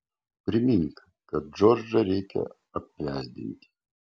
primink kad džordžą reikia apvesdinti